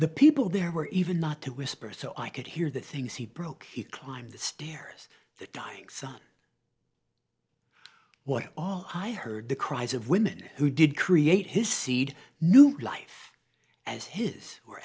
the people there were even not to whisper so i could hear the things he broke he climbed the stairs the dying sun was all i heard the cries of women who did create his seed new life as his